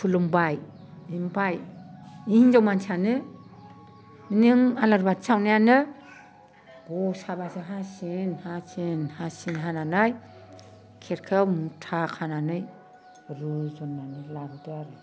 खुलुमबाय ओमफ्राय बे हिनजाव मानसियानो नों आलारि बाथि सावनायानो गसाबासो हासिन हासिन हासिन हानानै खेरखायाव मुथा खानानै रुजुननानै लाबोदो आरो